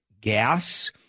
gas